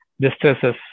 distresses